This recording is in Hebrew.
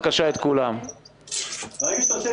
שאנחנו מפצים כל עצמאי אני סתם זורק עצמאי